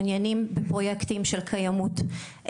מעוניינים בפרויקטים של קיימות,